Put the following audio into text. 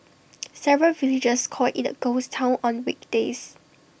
several villagers call IT A ghost Town on weekdays